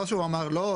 לא שהוא אמר: לא,